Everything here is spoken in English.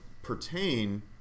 Pertain